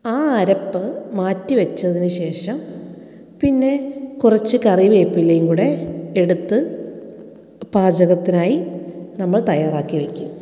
ആ അരപ്പ് മാറ്റി വെച്ചതിനുശേഷം പിന്നെ കുറച്ചു കറിവേപ്പിലയും കൂടി എടുത്ത് പാചകത്തിനായി നമ്മൾ തയ്യാറാക്കി വെയ്ക്കും